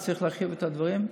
צריך להרחיב את הדברים.